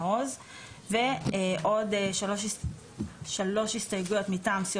עד כאן הקראת